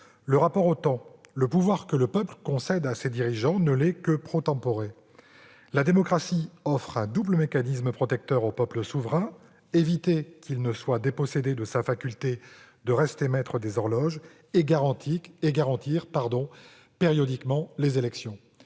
le rapport au temps. Le pouvoir que le peuple concède à ses dirigeants ne l'est que. La démocratie offre un double mécanisme protecteur au peuple souverain : éviter qu'il ne soit dépossédé de sa faculté de rester maître des horloges et garantir périodiquement des élections.